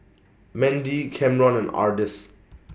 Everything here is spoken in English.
Mendy Camron and Ardis